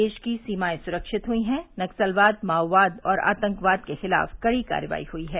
देश की सीमाएं सुरक्षित हुई है नक्सलवाद माओवाद और आतंकवाद के खिलाफ कड़ी कार्रवाई हुई है